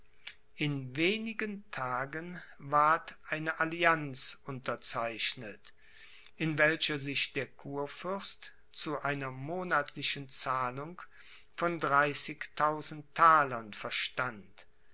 in wenigen tagen ward eine allianz unterzeichnet in welcher sich der kurfürst zu einer monatlichen zahlung von dreißigtausend thalern verstand